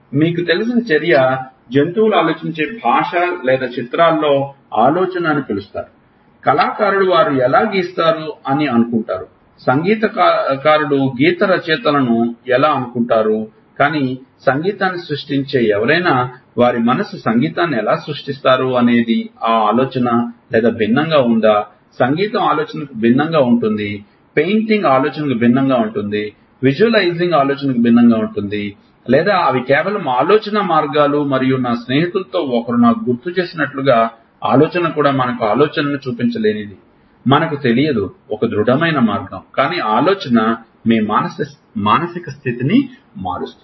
మీకు తెలిసిన చర్య జంతువులు ఆలోచించే భాష లేదా చిత్రాలలో ఆలోచన అని పిలుస్తారు కళాకారుడు వారు ఎలా గీస్తారు అని అనుకుంటారు సంగీతకారులు గీతరచయితలను ఎలా అనుకుంటారు కానీ సంగీతాన్ని సృష్టించే ఎవరైనా వారి మనస్సు సంగీతాన్ని ఎలా సృష్టిస్తారు అనేది ఆ ఆలోచన లేదా భిన్నంగా ఉందా సంగీతం ఆలోచనకు భిన్నంగా ఉంటుంది పెయింటింగ్ ఆలోచనకు భిన్నంగా ఉంటుంది విజువలైజింగ్ ఆలోచనకు భిన్నంగా ఉంటుంది లేదా అవి కేవలం ఆలోచనా మార్గాలు మరియు నా స్నేహితులలో ఒకరు నాకు గుర్తు చేసినట్లుగా ఆలోచన కూడా మనకు ఆలోచనను చూపించలేనిది మనకు తెలియదు ఒక ధృడమైన మార్గం కానీ ఆలోచన మీ మానసిక స్థితిని మారుస్తుంది